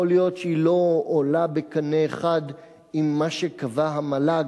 יכול להיות שהיא לא עולה בקנה אחד עם מה שקבעה המל"ג,